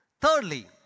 Thirdly